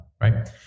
right